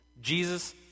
Jesus